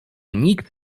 nikt